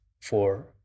four